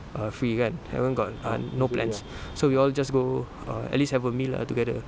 err free kan everyone got uh no plans so we all just go err at least have a meal lah together